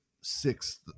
sixth